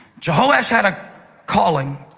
jehoash had a calling,